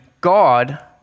God